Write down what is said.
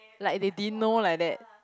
like they didn't know like that